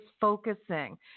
focusing